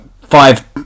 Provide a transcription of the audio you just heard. five